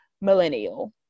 millennial